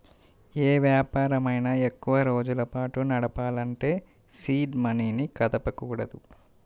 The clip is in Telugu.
యే వ్యాపారమైనా ఎక్కువరోజుల పాటు నడపాలంటే సీడ్ మనీని కదపకూడదు